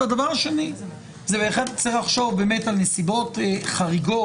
הדבר השני הוא שצריך לחשוב על נסיבות חריגות